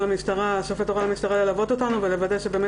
השופט הורה למשטרה ללוות אותנו ולוודא שבאמת